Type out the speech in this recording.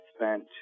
spent